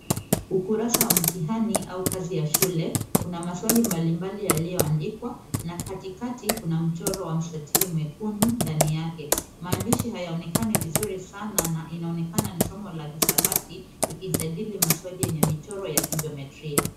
Ukurasa wa mtihani au kazi ya shule. Kuna maswali mbalimbali yaliyoandikwa na katikati kuna mchoro wa mstatili mwekundu ndani yake. Maandishi hayaonekani vizuri sana na inaonekana ni somo la hisabati ikisajili maswali yenye michoro ya kijiometria .